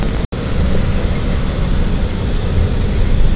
ಶೇಂಗಾ ಒಂದ ಕ್ವಿಂಟಾಲ್ ಎಷ್ಟ ಚೀಲ ಎರತ್ತಾವಾ?